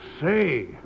Say